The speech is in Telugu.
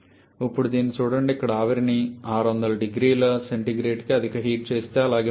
ఇప్పుడు దీన్ని చూడండి ఇక్కడ ఆవిరిని 600 0C కి అధిక హీట్ చేస్తే అలాగే ఉంటుంది